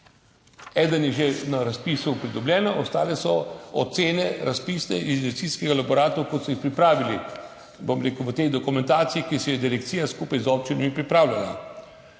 Eden je že na razpisu pridobljen, ostale so ocene razpisnih investicijskih elaboratov, kot so jih pripravili v tej dokumentaciji, ki jo je direkcija skupaj z občinami pripravljala.